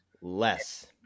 Less